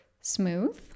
smooth